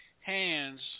hands